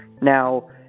Now